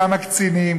כמה קצינים,